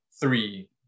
three